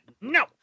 no